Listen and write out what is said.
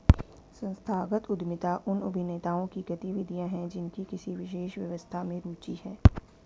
संस्थागत उद्यमिता उन अभिनेताओं की गतिविधियाँ हैं जिनकी किसी विशेष व्यवस्था में रुचि है